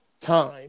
time